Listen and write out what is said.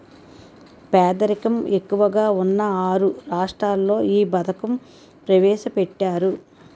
పేదరికం ఎక్కువగా ఉన్న ఆరు రాష్ట్రాల్లో ఈ పథకం ప్రవేశపెట్టారు